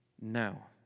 Now